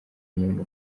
muntu